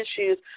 issues